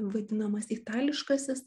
vadinamas itališkasis